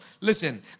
Listen